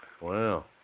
Wow